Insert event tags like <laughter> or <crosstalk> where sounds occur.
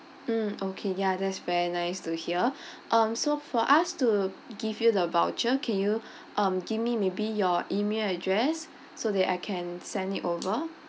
mm okay ya that's very nice to hear <breath> um so for us to give you the voucher can you <breath> um give me maybe your email address so that I can send it over